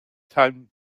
time